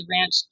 Ranch